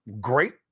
great